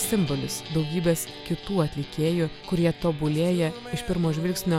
simbolis daugybės kitų atlikėjų kurie tobulėja iš pirmo žvilgsnio